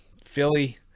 Philly